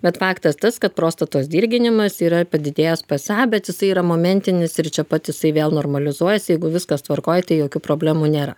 bet faktas tas kad prostatos dirginimas yra padidėjęs psa bet jisai yra momentinis ir čia pat jisai vėl normalizuojasi jeigu viskas tvarkoj tai jokių problemų nėra